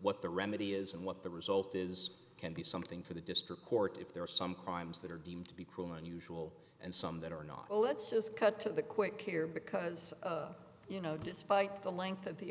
what the remedy is and what the result is can be something for the district court if there are some crimes that are deemed to be cruel or unusual and some that are not let's just cut to the quick here because you know despite the length of the